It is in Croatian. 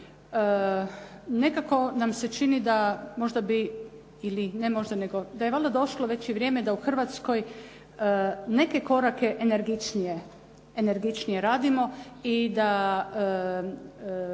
ili ne možda da je valjda došlo već i vrijeme da u Hrvatskoj neke korake energičnije radimo i da